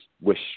wish